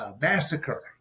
massacre